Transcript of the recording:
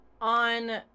On